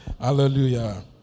hallelujah